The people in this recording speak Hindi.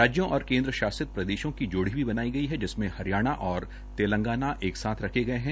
राज्यो और केन्द्र शासित प्रदेशों की जोड़ी बनायी गयी है जिसमे हरियाणा और तेलगांना एक साथ इसे गये है